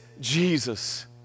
Jesus